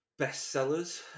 bestsellers